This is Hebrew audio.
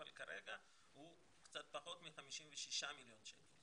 אבל כרגע הוא קצת פחות מ-56 מיליון שקל,